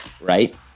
right